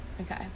Okay